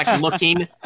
looking